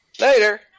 Later